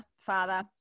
Father